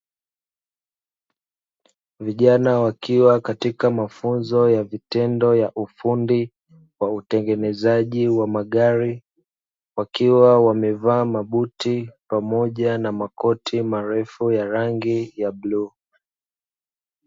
Vijana wakiwa katika mafunzo ya vitendo vya ufundi wa utengenezaji wa magari, wakiwa wamevaa mabuti pamoja na makoti marefu ya rangi ya bluu.